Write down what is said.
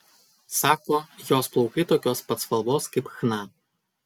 sako jos plaukai tokios pat spalvos kaip chna